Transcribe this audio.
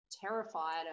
terrified